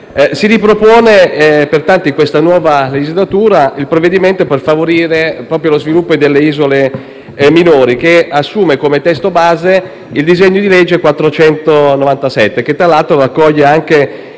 Si ripropone pertanto in questa nuova legislatura un provvedimento per favorire lo sviluppo delle isole minori, che assume come testo base il disegno di legge n. 497, che tra l'altro raccoglie il